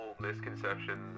misconception